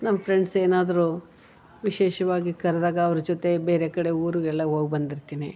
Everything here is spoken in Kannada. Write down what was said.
ನಮ್ಮ ಫ್ರೆಂಡ್ಸ್ ಏನಾದರು ವಿಶೇಷವಾಗಿ ಕರ್ದಾಗ ಅವ್ರ ಜೊತೆ ಬೇರೆ ಕಡೆ ಊರುಗೆಲ್ಲ ಹೋಗಿ ಬಂದಿರ್ತೀನಿ